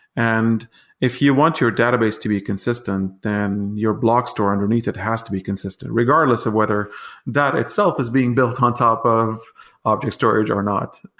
and if you want your database to be consistent, then your block store underneath it has to be consistent regardless of whether that itself is being built on top of object storage or not.